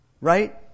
Right